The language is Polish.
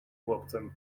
chłopcem